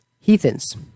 Heathens